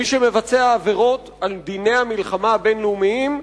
מי שמבצע עבירות על דיני המלחמה הבין-לאומיים,